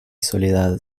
soledad